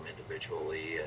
individually